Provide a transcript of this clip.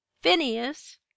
Phineas